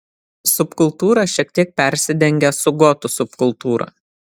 subkultūra šiek tiek persidengia su gotų subkultūra